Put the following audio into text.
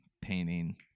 painting